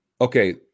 okay